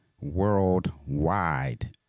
worldwide